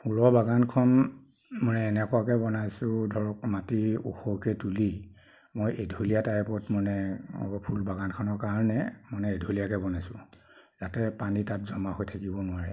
ফুলৰ বাগানখন মানে এনেকুৱাকৈ বনাইছোঁ ধৰক মাটি ওখকৈ তুলি মই এঢলীয়া টাইপত মানে অলপ ফুল বাগানখনৰ কাৰণে মানে এঢলীয়াকৈ বনাইছোঁ যাতে পানী তাত জমা হৈ থাকিব নোৱাৰে